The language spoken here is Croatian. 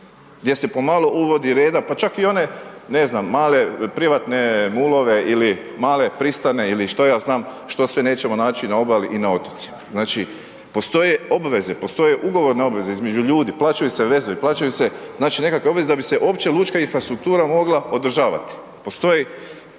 gdje se pomalo uvodi reda, pa čak i one, ne znam male privatne ulove ili male pristane ili što ja znam što sve nećemo naći na obali i na otocima. Znači postoje obveze, postoje ugovorne obveze između ljudi, plaćaju se vezovi, plaćaju se nekakve obveze, da bi se uopće lučka infrastruktura mogla održavati. Postoji